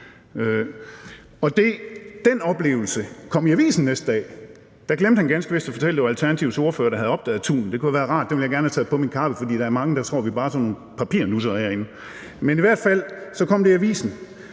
Den oplevelse kom i avisen næste dag, men der glemte han ganske vist at fortælle, at det var Alternativets ordfører, der havde opdaget tunen. Det kunne have været rart; det ville jeg gerne have taget på min kappe, for der er mange, der tror, at vi bare er sådan nogle papirnussere herinde. Men i hvert fald kom det i avisen,